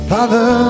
Father